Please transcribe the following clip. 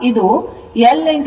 f ನಮಗೆ ಸಿಕ್ಕಿದೆ